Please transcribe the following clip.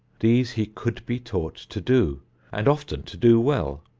these he could be taught to do and often to do well.